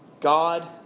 God